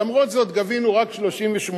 למרות זאת גבינו רק 38%,